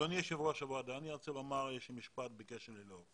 אדוני היושב ראש, אני רוצה לומר משפט בקשר לליאור.